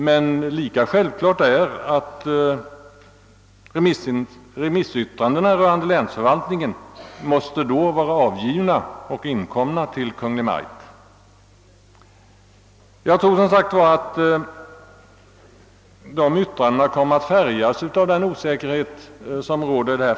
Men självklart är att remissyttrandena rörande länsförvaltningen därvid måste vara inkomna till Kungl. Maj:t, och jag tror att dessa yttranden kommer att färgas av den osäkerhet som råder.